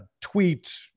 tweet